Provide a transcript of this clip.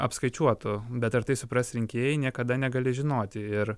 apskaičiuotu bet ar tai supras rinkėjai niekada negali žinoti ir